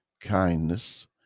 kindness